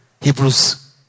Hebrews